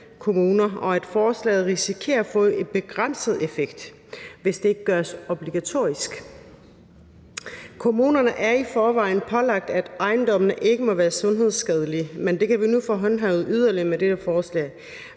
og at forslaget risikerer at få en begrænset effekt, hvis det ikke gøres obligatorisk. Kommunerne er i forvejen pålagt at sikre, at ejendommene ikke må være sundhedsskadelige, men det kan vi nu få håndhævet yderligere med dette forslag.